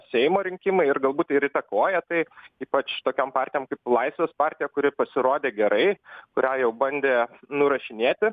seimo rinkimai ir galbūt ir įtakoja tai ypač tokiom partijom kaip laisvės partija kuri pasirodė gerai kurią jau bandė nurašinėti